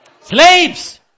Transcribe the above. Slaves